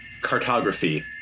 Cartography